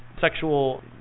sexual